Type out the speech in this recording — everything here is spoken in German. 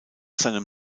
seinem